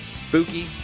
spooky